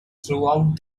throughout